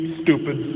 stupid